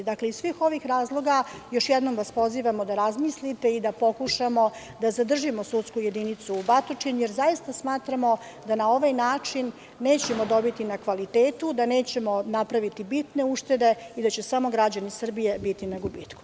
Iz svih ovih razloga vas još jednom pozivamo da razmislite i da pokušamo da zadržimo sudsku jedinicu u Batočini, jer zaista smatramo da na ovaj način nećemo dobiti na kvalitetu, da nećemo napraviti bitne uštede i da će samo građani Srbije biti na gubitku.